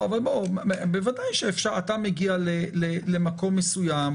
אתה מגיע למקום מסוים,